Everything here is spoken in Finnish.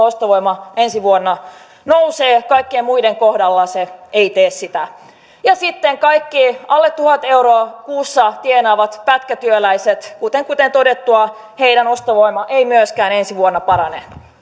ostovoima ensi vuonna nousee kaikkien muiden kohdalla se ei tee sitä ja sitten kaikki alle tuhat euroa kuussa tienaavat pätkätyöläiset kuten kuten todettua heidän ostovoimansa ei myöskään ensi vuonna parane